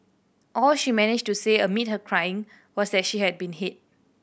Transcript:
all she managed to say amid her crying was that she had been hit